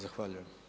Zahvaljujem.